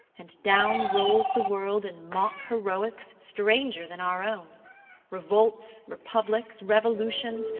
and down rolls the world in mock heroics stranger than our own revolts, republics, revolutions,